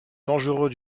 dangereux